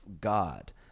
God